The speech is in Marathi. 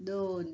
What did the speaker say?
दोन